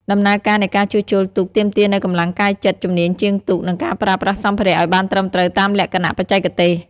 ដំណើរការនៃការជួសជុលទូកទាមទារនូវកម្លាំងកាយចិត្ត ជំនាញជាងទូក និងការប្រើប្រាស់សម្ភារៈឲ្យបានត្រឹមត្រូវតាមលក្ខណៈបច្ចេកទេស។